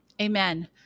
Amen